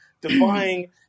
defying